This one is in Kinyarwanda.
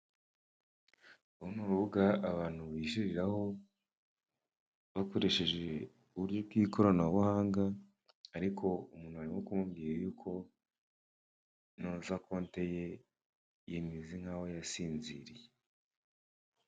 Uru ni urubuga abantu bishyuriraho bakoresheje uburyo bw'ikoranabuhanga, ariko muntu barimo kumubwira yuko ntuza konte ye imeze nkaho yasinziriye.